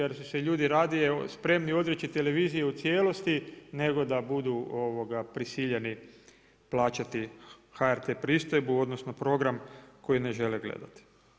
Jer su se ljudi radije spremni odreći televizije u cijelosti nego da budu prisiljeni plaćati HRT pristojbu, odnosno program koji ne žele gledati.